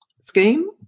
Scheme